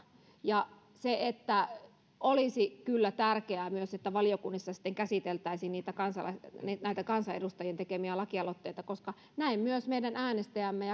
ja olisi kyllä tärkeää myös että valiokunnissa sitten käsiteltäisiin näitä kansanedustajien tekemiä lakialoitteita koska näin myös meidän äänestäjämme